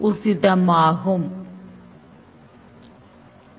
System "உங்களுக்கு அச்சிடப்பட்ட ரசீது வேண்டுமா